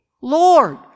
Lord